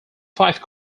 five